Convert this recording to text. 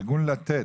ארגון לתת,